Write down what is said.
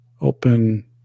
open